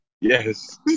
Yes